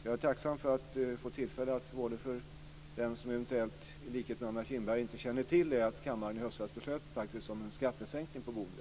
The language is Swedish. Jag är tacksam för att jag får tillfälle att meddela dem som eventuellt, i likhet med Anna Kinberg, inte känner till att kammaren i höstas faktiskt beslutade om en sänkning av skatten på boende.